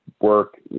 work